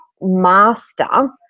master